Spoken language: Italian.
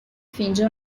finge